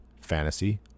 fantasy